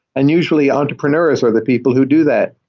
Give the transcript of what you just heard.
and usually entrepreneurs are the people who do that.